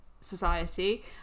society